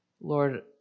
Lord